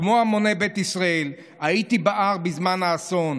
כמו המוני בית ישראל, הייתי בהר בזמן האסון.